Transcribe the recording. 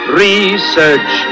research